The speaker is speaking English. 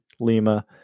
Lima